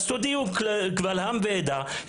אז תודיעו קבל עם ועדה,